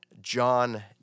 John